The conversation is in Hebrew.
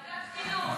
לוועדת החינוך.